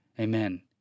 Amen